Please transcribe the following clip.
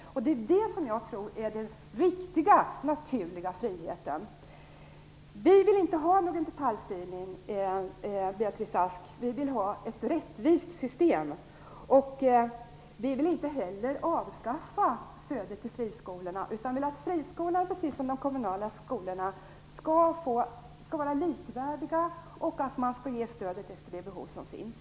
Det är det som är den naturliga och riktiga friheten. Vi vill inte ha någon detaljstyrning, Beatrice Ask - vi vill ha ett rättvist system. Vi vill inte heller avskaffa stödet till friskolorna, utan vi vill att friskolorna och de kommunala skolorna skall vara likvärdiga och att stödet skall utgå efter det behov som finns.